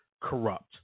corrupt